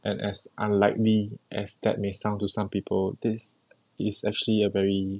and as unlikely as that may sound to some people this is actually a very